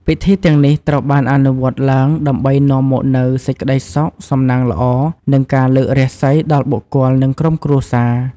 ពិធីទាំងនេះត្រូវបានអនុវត្តឡើងដើម្បីនាំមកនូវសេចក្ដីសុខ សំណាងល្អ និងលើករាសីដល់បុគ្គលនិងក្រុមគ្រួសារ។